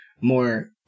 more